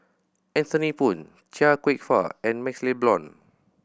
Anthony Poon Chia Kwek Fah and MaxLe Blond